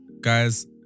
Guys